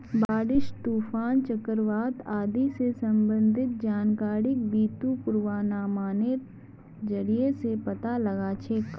बारिश, तूफान, चक्रवात आदि स संबंधित जानकारिक बितु पूर्वानुमानेर जरिया स पता लगा छेक